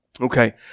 Okay